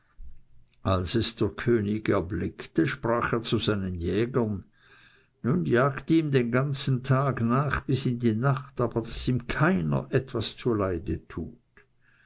als es der könig erblickte sprach er zu seinen jägern nun jagt ihm nach den ganzen tag bis in die nacht aber daß ihm keiner etwas zuleide tut